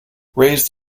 raised